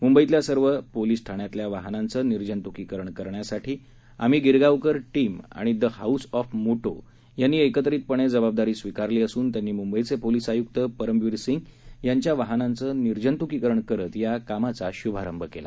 मुंबईतल्या सर्व पोलिस ठाण्यांतल्या वाहनांचं निर्जंतुकीकरण करण्यासाठी आम्ही गिरगावकर टीम आणि द हाऊस ऑफ मोटो ह्यानी एकत्रितपणे जबाबदारी स्विकारली असून त्यांनी मुंबईचे पोलिस आयुक्त परमवीर सिंग यांच्या वाहनाचं निर्जन्त्किकरण करत या कार्याचा शुभारंभ केला